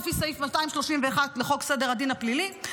לפי סעיף 231 לחוק סדר הדין הפלילי,